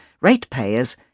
ratepayers